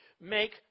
make